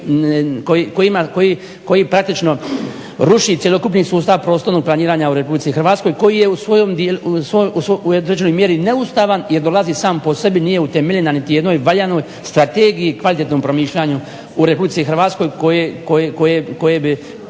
koji praktično ruši cjelokupni sustav prostornog planiranja u RH koji je u određenoj mjeri neustavan jer dolazi sam po sebi nije utemeljen na niti jednoj valjanoj strategiji i kvalitetnom promišljanju u RH na koji bi